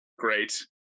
great